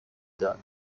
داد